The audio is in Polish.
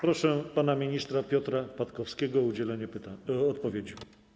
Proszę pana ministra Piotra Patkowskiego o udzielenie odpowiedzi.